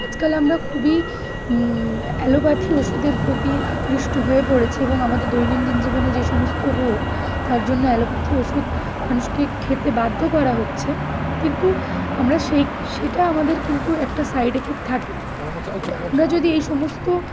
আজকাল আমরা খুবই অ্যালোপ্যাথি ওষুধের প্রতি আকৃষ্ট হয়ে পড়েছি এবং আমাদের দৈনন্দিন জীবনে যে সমস্ত রোগ তার জন্য অ্যালোপ্যাথি ওষুধ মানুষকে খেতে বাধ্য করা হচ্ছে কিন্তু আমরা সেই সেটা আমাদের কিন্তু একটা সাইড এফেক্ট থাকে কিন্তু আমরা যদি এই সমস্ত